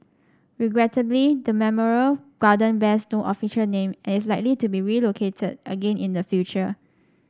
regrettably the memorial garden bears no official name and is likely to be relocated again in the future